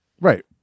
Right